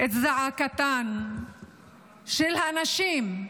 את זעקתן של הנשים,